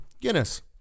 Guinness